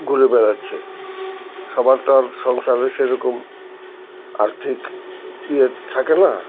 ঘুরে বেড়াচ্ছে সবার তো আর সংসারে সেরকম আর্থিক ইয়ে থাকে না